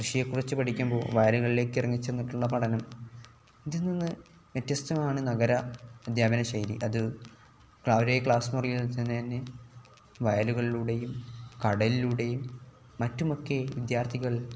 കൃഷിയെക്കുറിച്ച് പഠിക്കുമ്പോൾ വയലുകളിലേക്ക് ഇറങ്ങിച്ചെന്നിട്ടുള്ള പഠനം ഇതിൽ നിന്ന് വ്യത്യസ്തമാണ് നഗര അദ്ധ്യാപന ശൈലി അത് അവരെ ക്ലാസ് മുറിയിൽ തന്നെ വയലുകളിലൂടെയും കടലിലൂടെയും മറ്റുമൊക്കെ വിദ്യാർത്ഥികൾ